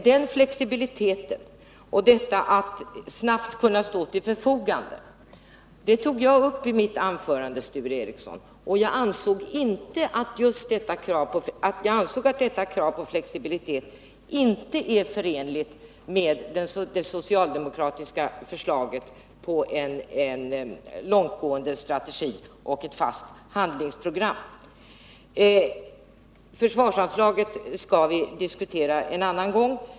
Denna flexibilitet och förmåga att snabbt kunna stå till förfogande tog jag upp i mitt anförande. Jag ansåg att kravet på flexibilitet inte är förenligt med det socialdemokratiska förslaget om en långtgående strategi och ett fast handlingsprogram. Försvarsanslaget skall vi diskutera en annan gång.